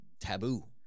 taboo